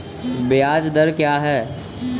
ब्याज दर क्या है?